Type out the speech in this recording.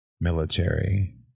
military